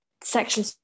sexual